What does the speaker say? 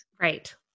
Right